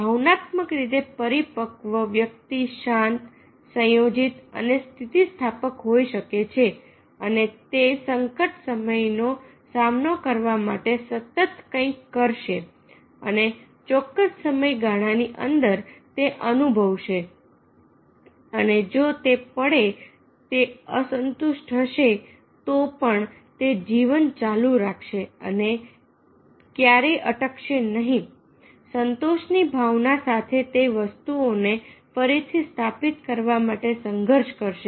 ભાવનાત્મક રીતે પરિપક્વ વ્યક્તિ શાંત સંયોજિત અને સ્થિતિસ્થાપક હોઈ શકે છે અને તે સંકટ સમયનો સામનો કરવા માટે સતત કંઈક કરશે અને ચોક્કસ સમયગાળાની અંદર તે અનુભવશે અને જો તે પડે તે અસંતુષ્ટ હશે તો પણ તે જીવન ચાલુ રાખશે અને તે ક્યારે અટકશે નહીં સંતોષની ભાવના સાથે તે વસ્તુઓને ફરીથી સ્થાપિત કરવા માટે સંઘર્ષ કરશે